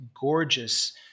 gorgeous